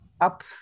up